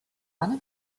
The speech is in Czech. pane